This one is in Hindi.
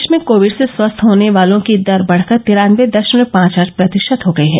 देश में कोविड से स्वस्थ होने वालों की दर बढ़कर तिरान्नबे दशमलव पांच आठ प्रतिशत हो गई है